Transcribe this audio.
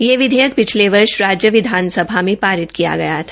यह विधेयक पिछले वर्ष राज्य विधानसभा में पारित किया गया था